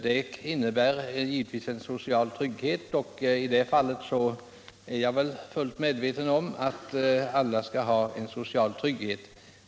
Det innebär givetvis social trygghet, och jag är fullt medveten om att alla skall ha social trygghet.